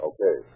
Okay